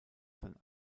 sein